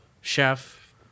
chef